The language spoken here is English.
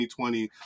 2020